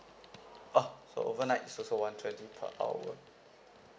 uh so overnight is also one twenty per hour